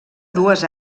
dues